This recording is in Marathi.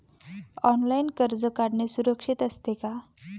ऑनलाइन कर्ज काढणे सुरक्षित असते का?